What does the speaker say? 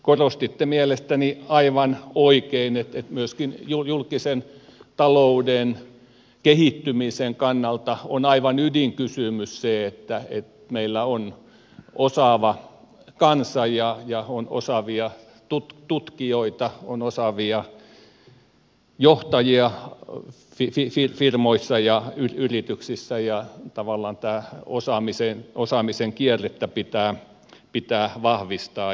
korostitte mielestäni aivan oikein sitä että myöskin julkisen talouden kehittymisen kannalta on aivan ydinkysymys että meillä on osaava kansa ja on osaavia tutkijoita on osaavia johtajia firmoissa ja yrityksissä ja tavallaan tätä osaamisen kierrettä pitää vahvistaa